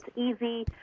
easy,